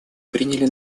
приняли